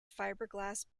fibreglass